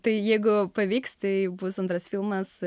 tai jeigu pavyks tai bus antras filmas